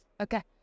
Okay